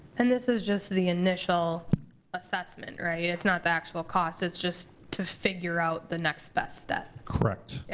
and this is just the initial assessment, right? it's not the actual cost, it's just to figure out the next best step? correct. yeah,